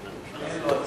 אין לו הצעה.